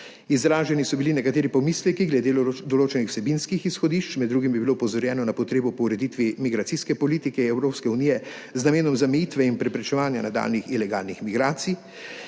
Izraženi so bili nekateri pomisleki glede določenih vsebinskih izhodišč, med drugim je bilo opozorjeno na potrebo po ureditvi migracijske politike Evropske unije z namenom zamejitve in preprečevanja nadaljnjih ilegalnih migracij.